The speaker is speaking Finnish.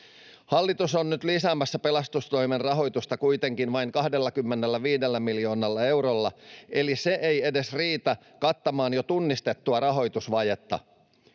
Hallitus on nyt lisäämässä pelastustoimen rahoitusta kuitenkin vain 25 miljoonalla eurolla, eli se ei edes riitä kattamaan jo tunnistettua rahoitusvajetta.